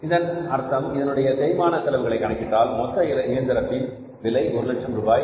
இதன் அர்த்தம் இதனுடைய தேய்மான செலவுகளை கணக்கிட்டால் மொத்த இயந்திரத்தின் விலை 100000 ரூபாய்